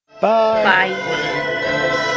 Bye